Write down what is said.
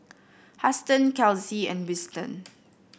Huston Kelsea and Winston